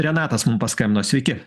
renatas mum paskambino sveiki